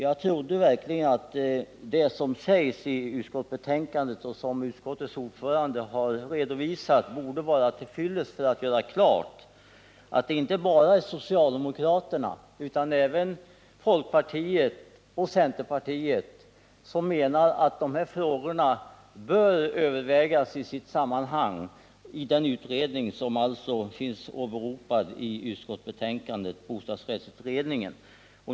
Jag trodde verkligen att det som sägs i utskottsbetänkandet och som utskottets ordförande har redovisat borde vara till fyllest för att göra klart att det inte bara är socialdemokraterna utan även folkpartiet och centerpartiet som menar att de här frågorna bör övervägas i sitt sammanhang av den utredning som åberopas i utskottsbetänkandet, bostadsrättsutredningen.